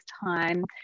time